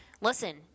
listen